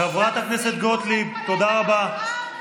חברת הכנסת גוטליב, תודה רבה.